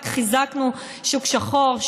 רק חיזקנו שוק שחור,